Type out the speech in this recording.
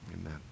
amen